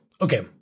okay